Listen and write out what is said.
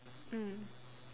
mm